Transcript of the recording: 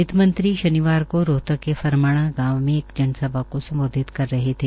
वित्त मंत्री शनिवार को रोहतक फरमाणा गांव में एक जनसभा को संबोधित कर रहे थे